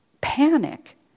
panic